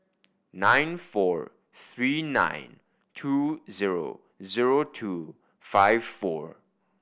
nine four three nine two zero zero two five four